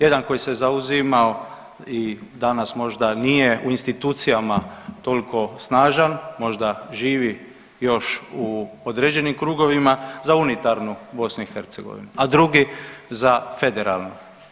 Jedan koji se zauzimao i danas možda nije u institucijama toliko snažan, možda živi još u određenim krugovima za unitarnu BiH, a drugi, za federalnu.